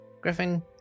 Griffin